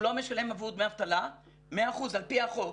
הוא לא משלם עבור דמי אבטלה, 100% על פי החוק.